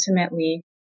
ultimately